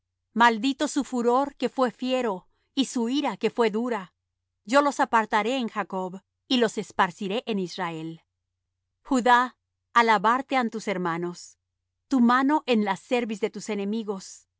maldito su furor que fué fiero y su ira que fué dura yo los apartaré en jacob y los esparciré en israel judá alabarte han tus hermanos tu mano en la cerviz de tus enemigos